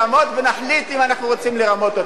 ונחליט אם אנחנו רוצים לרמות אותם.